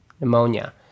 pneumonia